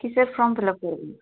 কিসের form fill up করবি